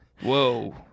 Whoa